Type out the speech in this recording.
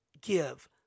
give